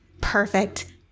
Perfect